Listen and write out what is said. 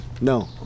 No